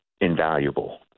invaluable